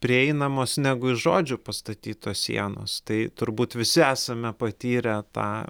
prieinamos negu iš žodžių pastatytos sienos tai turbūt visi esame patyrę tą